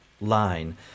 line